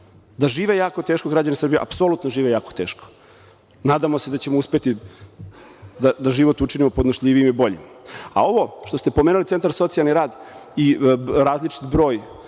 Da žive jako teško građani Srbije, apsolutno žive jako teško. Nadamo se da ćemo uspeti da život učinimo podnošljivijim i boljim.A, ovo što ste pomenuli centar za socijalni rad i različit broj